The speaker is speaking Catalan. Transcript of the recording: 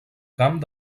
camp